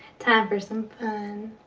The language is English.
time for some fun!